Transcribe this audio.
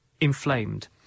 inflamed